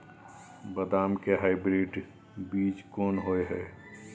बदाम के हाइब्रिड बीज कोन होय है?